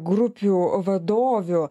grupių vadovių